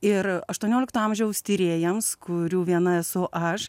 ir aštuoniolikto amžiaus tyrėjams kurių viena esu aš